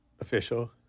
official